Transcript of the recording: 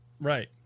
Right